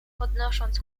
podnosząc